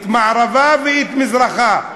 את מערבה ואת מזרחה.